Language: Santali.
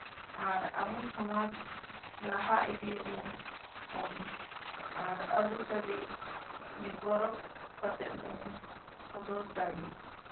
ᱟᱨ ᱟᱵᱚ ᱥᱚᱢᱟᱡᱽ ᱞᱟᱦᱟ ᱤᱫᱤᱭᱟᱵᱚᱱ ᱟᱨ ᱟᱨᱤᱪᱟᱞᱤ ᱜᱚᱨᱚᱵ ᱠᱟᱛᱮ ᱵᱚᱱ ᱥᱚᱫᱚᱨ ᱫᱟᱲᱮᱜ